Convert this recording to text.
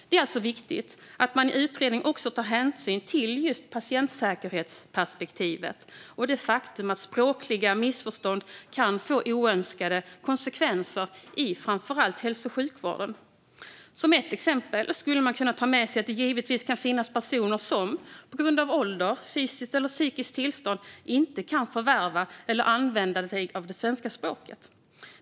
Det är alltså viktigt att man i utredningen också tar hänsyn till just patientsäkerhetsperspektivet och det faktum att språkliga missförstånd kan få oönskade konsekvenser i framför allt hälso och sjukvården. Som ett exempel skulle man kunna ta med sig att det kan finnas personer som på grund av ålder eller fysiskt eller psykiskt tillstånd inte kan förvärva eller använda sig av det svenska språket.